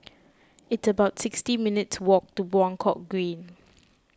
it's about sixty minutes' walk to Buangkok Green